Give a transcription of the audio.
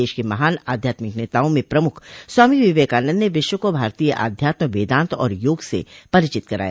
देश के महान आध्यात्मिक नेताओं में प्रमूख स्वामी विवेकानंद ने विश्व को भारतीय अध्यात्म वेदांत और योग से परिचित कराया